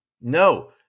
No